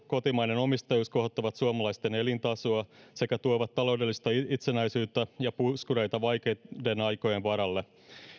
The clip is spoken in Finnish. kotimainen omistajuus kohottavat suomalaisten elintasoa sekä tuovat taloudellista itsenäisyyttä ja puskureita vaikeiden aikojen varalle